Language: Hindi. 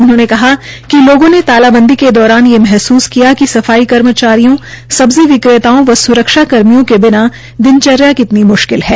उन्होंने कहा कि लोगों ने तालाबंदी के दौरान ये महसूस किया कि सफाई कर्मचारियों सब्जी विक्रेताओं व सुरक्षा कर्मियों के बिना दिनचर्या कितनी मुश्किल है